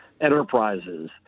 enterprises